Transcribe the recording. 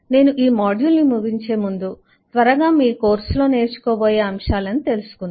నేను ఈ మాడ్యూల్ను ముగించే ముందు త్వరగా మీ కోర్సు లో నేర్చుకో బోయే అంశాలను తెలుసుకుందాం